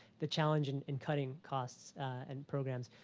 the challenge in in cutting costs and programs.